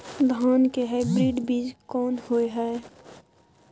धान के हाइब्रिड बीज कोन होय है?